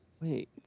wait